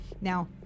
Now